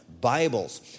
Bibles